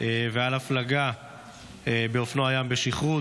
ועל הפלגה באופנוע ים בשכרות),